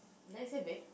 did I say vague